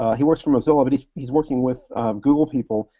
he works for mozilla, but he's he's working with google people.